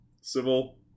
civil